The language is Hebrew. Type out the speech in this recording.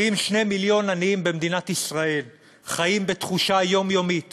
כי אם 2 מיליון עניים במדינת ישראל חיים בתחושה יומיומית